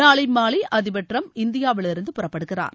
நாளை மாலை அதிபர் டிரம்ப் இந்தியாவிலிருந்து புறப்படுகிறார்